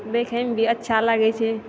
देखैमे भी अच्छा लागै छै